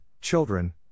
children